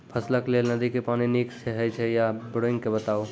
फसलक लेल नदी के पानि नीक हे छै या बोरिंग के बताऊ?